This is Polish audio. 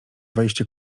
wejście